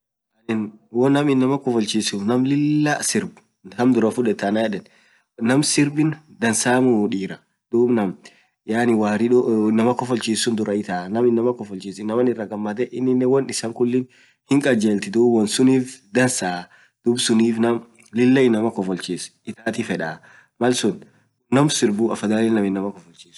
aninn hoonam lill inamaa kofolchisusuf hiyo naam sirrb kaam durra fudetaa anaan yedeen sirbiin dansaamuu diraa, duub naam inamaa kofolchiss duraa fudedaa nam inamaakofolchis inamaan irra gamadee dansaa duub suniif naam inamaa kofolchis birra fudedaa malsunnaam inamaa kofolchisuu.